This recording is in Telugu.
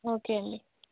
ఓకే అండి